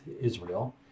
Israel